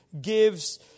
gives